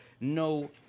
no